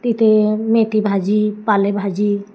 तिथे मेथी भाजी पालेभाजी